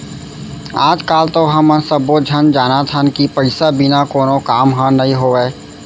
आज काल तो हमन सब्बो झन जानत हन कि पइसा बिना कोनो काम ह नइ होवय